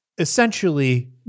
essentially